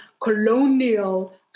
colonial